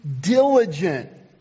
diligent